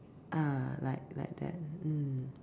err like like that mm